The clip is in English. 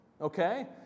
okay